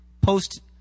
post